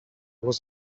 was